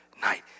night